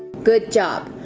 good job,